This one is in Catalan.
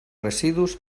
residus